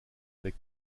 avec